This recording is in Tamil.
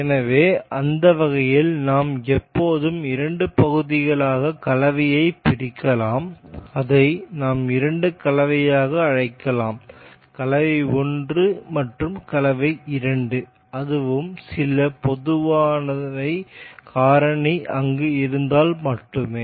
எனவே அந்த வகையில் நாம் எப்போதும் 2 பகுதிகளாக கலவையை பிரிக்கலாம் அதை நாம் இரண்டு கலவையாக அழைக்கலாம் கலவை 1 மற்றும் கலவை 2 அதுவும் சில பொதுவானவை காரணி அங்கு இருந்தால் மட்டுமே